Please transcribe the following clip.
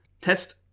test